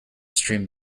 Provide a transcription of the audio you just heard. streamed